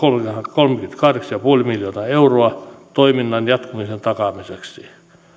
kolmekymmentäkahdeksan pilkku viisi miljoonaa euroa toiminnan jatkumisen takaamiseksi